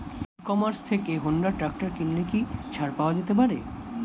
ই commerce থেকে Honda tractor কিনলে কি ছাড় পাওয়া যেতে পারে?